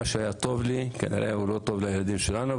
מה שהיה טוב לי כנראה הוא לא טוב לילדים שלנו,